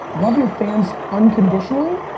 love your fans unconditionally.